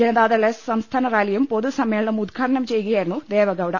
Janata Dal S സംസ്ഥാന റാലിയും പൊതു സമ്മേളനവും ഉദ്ഘാടനം ചെയ്യുകയായിരുന്നു ദേവെഗൌഡ